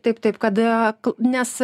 taip taip kada nes